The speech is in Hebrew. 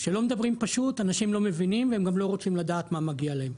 כשלא מדברים פשוט אנשים לא מבינים והם לא רוצים לדעת מה מגיע להם.